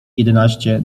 jedenaście